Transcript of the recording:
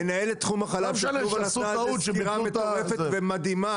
מנהלת תחום החלב של תנובה נתנה על זה סקירה מטורפת ומדהימה,